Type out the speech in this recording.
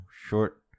short